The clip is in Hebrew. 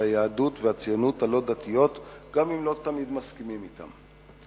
היהדות והציונות הלא-דתיות גם אם לא תמיד מסכימים אתן.